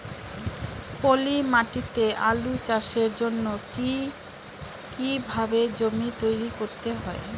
পলি মাটি তে আলু চাষের জন্যে কি কিভাবে জমি তৈরি করতে হয়?